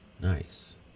nice